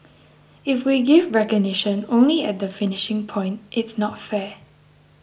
if we give recognition only at the finishing point it's not fair